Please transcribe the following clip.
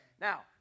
Now